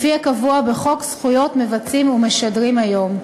לפי הקבוע בחוק זכויות מבצעים ומשדרים היום.